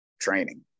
training